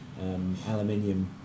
Aluminium